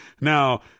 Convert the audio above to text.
Now